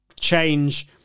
change